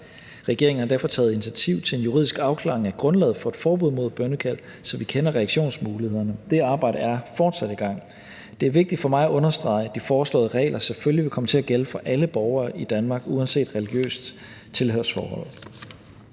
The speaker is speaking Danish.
Regeringen har derfor taget initiativ til en juridisk afklaring af grundlaget for et forbud mod bønnekald, så vi kender reaktionsmulighederne. Det arbejde er fortsat i gang. Det er vigtigt for mig at understrege, at de foreslåede regler selvfølgelig vil komme til at gælde for alle borgere i Danmark uanset religiøst tilhørsforhold.